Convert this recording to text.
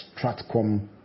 StratCom